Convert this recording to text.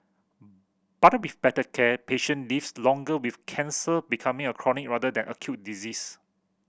but with better care patient lives longer with cancer becoming a chronic rather than acute disease